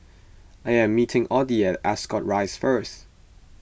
I am meeting Oddie at Ascot Rise first